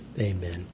amen